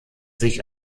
sich